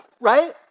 right